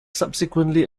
subsequently